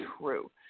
true